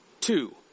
two